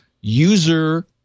user